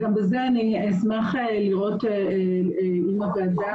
גם בנושא הזה אני אשמח לראות אם הוועדה